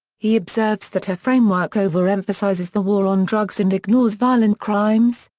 he observes that her framework over-emphasizes the war on drugs and ignores violent crimes,